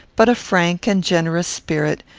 but a frank and generous spirit,